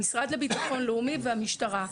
המשרד לביטחון לאומי והמשטרה.